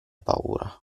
paura